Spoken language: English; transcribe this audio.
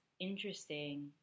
interesting